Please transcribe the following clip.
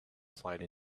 slide